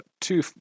two